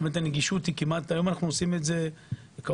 הנגישות - היום אנו עושים את זה קרוב